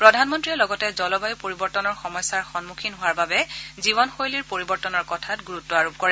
প্ৰধানমন্ত্ৰীয়ে লগতে জলবায়ু পৰিৱৰ্তন সমস্যাৰ সন্মুখীন হোৱাৰ বাবে জীৱন শৈলীৰ পৰিৱৰ্তনৰ কথাত গুৰুত্ব আৰোপ কৰে